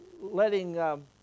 letting